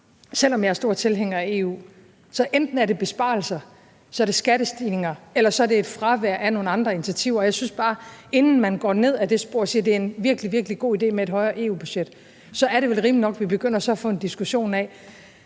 selv om jeg er stor tilhænger af EU. Så det er enten fra besparelser, skattestigninger eller et fravær af andre initiativer. Jeg synes bare, at det, inden man går ned ad det spor og siger, at det er en virkelig, virkelig god idé med et større EU-budget, vel er rimeligt nok, at vi begynder at få en diskussion af,